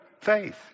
Faith